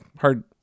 hard